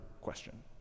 question